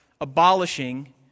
abolishing